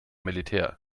militär